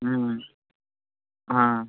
आं